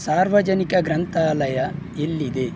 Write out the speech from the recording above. ಸಾರ್ವಜನಿಕ ಗ್ರಂಥಾಲಯ ಎಲ್ಲಿದೆ